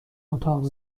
اتاق